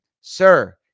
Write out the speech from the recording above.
sir